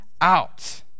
out